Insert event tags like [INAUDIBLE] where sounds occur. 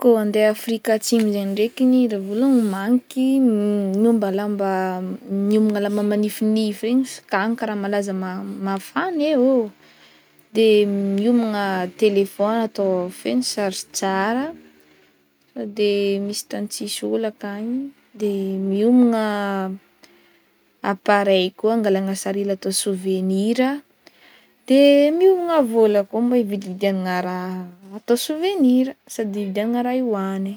Koa ande andeha Afrika Atsimo zegny ndraiky, ny raha vôlohany ihomagniky, miomba lamba- miomagna lamba manifinify regny, agny malaza ma- mafana e ô, miomana telefony feno charge tsara, sao de misy tany tsisy ôlo akagny, de miomagna [HESITATION] appareil koa angalagna sary hely atao souvenir, de [HESITATION] miomana vôla koa mba hividividiagnagna raha atao souvenir, sady hividiagnana raha hoagnigny.